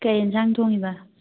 ꯀꯩ ꯏꯟꯖꯥꯡ ꯊꯣꯡꯉꯤꯕ